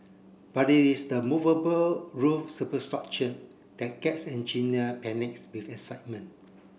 but it is the movable roof superstructure that gets engineer panics with excitement